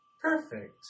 Perfect